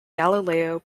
galileo